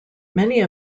many